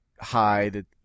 hide